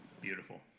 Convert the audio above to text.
Beautiful